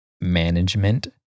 management